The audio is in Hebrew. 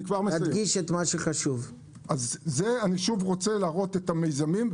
להראות שוב את המיזמים.